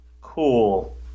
cool